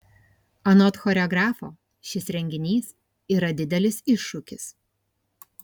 anot choreografo šis renginys yra didelis iššūkis